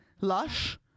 lush